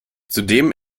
zudem